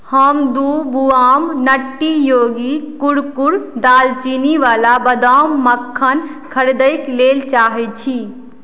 हम दू बुआम नट्टी योगी कुरकुर दालचीनीवला बादाम मक्खन खरीदय लेल चाहैत छी